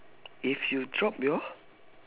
if you drop your